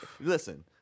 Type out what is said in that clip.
Listen